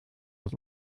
het